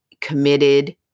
committed